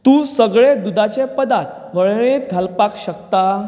तूं सगळे दुदाचे पदार्थ वळेरेंत घालपाक शकता